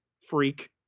freak